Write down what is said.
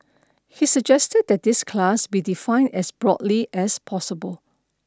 he suggested that this class be defined as broadly as possible